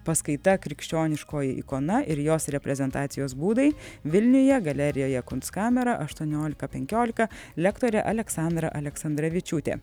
paskaita krikščioniškoji ikona ir jos reprezentacijos būdai vilniuje galerijoje kunstkamera aštuoniolika penkiolika lektorė aleksandra aleksandravičiūtė